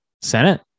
Senate